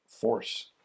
force